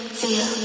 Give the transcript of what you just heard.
feel